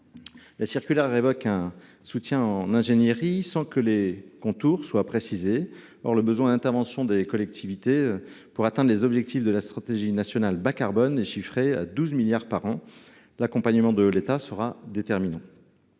La circulaire évoque un soutien en ingénierie sans que les contours soient précisés. Or le besoin d’intervention des collectivités pour atteindre les objectifs de la stratégie nationale bas carbone est chiffré à 12 milliards d’euros par an. L’accompagnement de l’État sera déterminant.